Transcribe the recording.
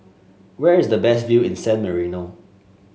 where is the best view in San Marino